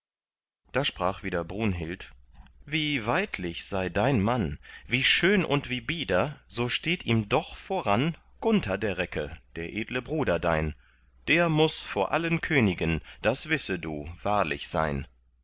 da sprach wieder brunhild wie weidlich sei dein mann wie schön und wie bieder so steht ihm doch voran gunther der recke der edle bruder dein der muß vor allen königen das wisse du wahrlich sein